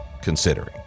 considering